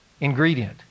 ingredient